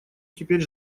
теперь